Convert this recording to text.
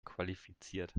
qualifiziert